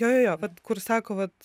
jo jo jo vat kur sako vat